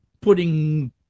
putting